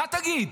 מה תגיד,